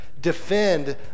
Defend